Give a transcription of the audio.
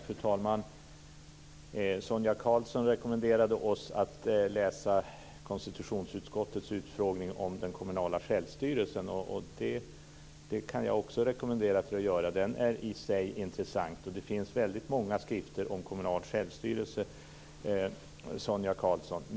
Fru talman! Sonia Karlsson rekommenderade oss att läsa konstitutionsutskottets utfrågning om den kommunala självstyrelsen, och det kan jag också rekommendera att man gör. Den är i sig intressant. Det finns också väldigt många skrifter som kommunal självstyrelse, Sonia Karlsson.